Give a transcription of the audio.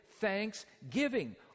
thanksgiving